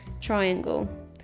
triangle